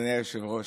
יריב?